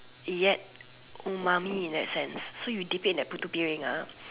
yet umami in that sense so you dip in that putu-piring ah